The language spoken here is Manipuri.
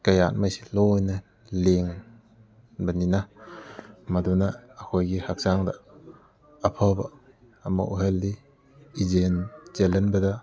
ꯀꯌꯥꯠꯈꯩꯁꯦ ꯂꯣꯏꯅ ꯂꯦꯡ ꯕꯅꯤꯅ ꯃꯗꯨꯅ ꯑꯩꯈꯣꯏꯒꯤ ꯍꯛꯆꯥꯡꯗ ꯑꯐꯕ ꯑꯃ ꯑꯣꯏꯍꯜꯂꯤ ꯏꯆꯦꯜ ꯆꯦꯜꯍꯟꯕꯗ